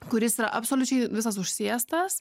kuris yra absoliučiai visas užsėstas